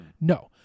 No